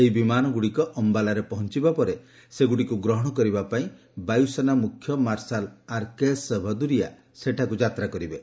ଏହି ବିମାନଗୁଡ଼ିକ ଅମ୍ଘାଲାରେ ପହଞ୍ଚବା ପରେ ସେଗୁଡ଼ିକୁ ଗ୍ରହଣ କରିବା ପାଇଁ ବାୟୁସେନା ମୁଖ୍ୟ ମାର୍ଶାଲ୍ ଆର୍କେଏସ୍ ଭଦୁରିଆ ସେଠାକୁ ଯାତ୍ରା କରିବେ